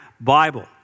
Bible